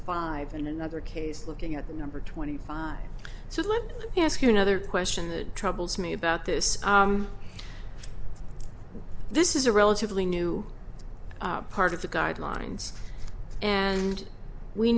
five in another case looking at the number twenty five so let me ask you another question that troubles me about this this is a relatively new part of the guidelines and we